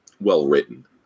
well-written